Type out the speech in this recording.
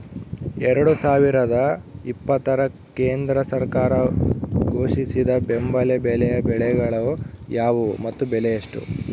ಎರಡು ಸಾವಿರದ ಇಪ್ಪತ್ತರ ಕೇಂದ್ರ ಸರ್ಕಾರ ಘೋಷಿಸಿದ ಬೆಂಬಲ ಬೆಲೆಯ ಬೆಳೆಗಳು ಯಾವುವು ಮತ್ತು ಬೆಲೆ ಎಷ್ಟು?